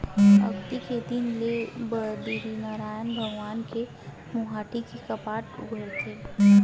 अक्ती के दिन ले बदरीनरायन भगवान के मुहाटी के कपाट उघरथे